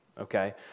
Okay